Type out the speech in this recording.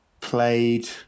played